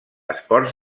esports